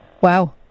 Wow